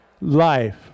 life